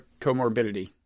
comorbidity